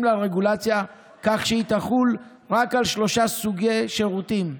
לרגולציה כך שהיא תחול רק על שלושה סוגי שירותים: